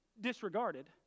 disregarded